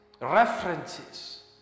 references